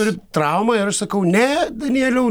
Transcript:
turiu traumą ir aš sakau ne danieliau